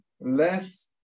less